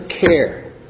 care